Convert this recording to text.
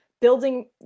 building